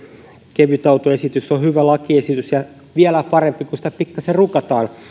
kevytautoesitys on hyvä lakiesitys ja vielä parempi kun sitä pikkasen rukataan